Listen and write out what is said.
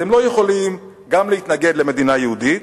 אתם לא יכולים גם להתנגד למדינה יהודית,